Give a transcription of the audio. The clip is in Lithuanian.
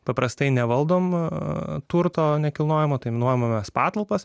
paprastai nevaldomą turto nekilnojamo tai nuomojasi patalpas